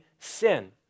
Sin